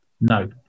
no